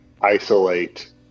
isolate